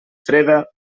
freda